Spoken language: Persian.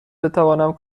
بتوانم